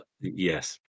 yes